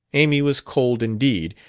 amy was cold indeed,